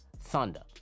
Thunder